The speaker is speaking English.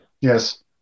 yes